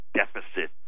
deficit